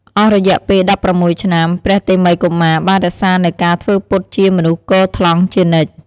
អស់រយៈពេល ១៦ ឆ្នាំ ព្រះតេមិយកុមារបានរក្សានូវការធ្វើពុតជាមនុស្សគថ្លង់ជានិច្ច។